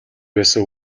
байсан